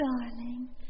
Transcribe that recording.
Darling